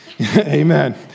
Amen